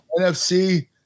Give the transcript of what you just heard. NFC